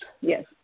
Yes